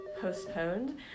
postponed